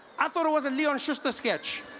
i thought it was a leon schuster sketch